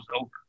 over